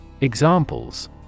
Examples